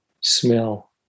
smell